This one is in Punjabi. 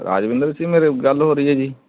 ਰਾਜਵਿੰਦਰ ਸਿੰਘ ਮੇਰੇ ਗੱਲ ਹੋ ਰਹੀ ਹੈ ਜੀ